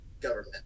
government